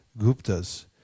Guptas